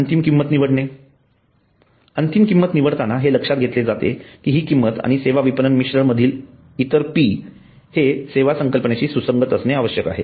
अंतिम किंमत निवडणे अंतिम किंमत निवडताना हे लक्षात घेतले जाते कि हि किंमत आणि सेवा विपणन मिश्र मधील इतर पी हे सेवा संकल्पनेशी सुसंगत असणे आवश्यक आहे